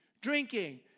drinking